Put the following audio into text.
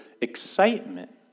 excitement